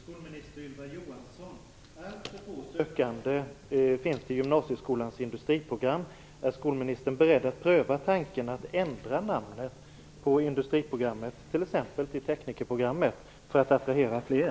Fru talman! Jag har en fråga till skolminister Ylva Alltför få sökande finns till gymnasieskolans industriprogram. Är skolministern beredd att pröva tanken att ändra namnet på industriprogrammet, t.ex. till teknikerprogrammet, för att attrahera fler?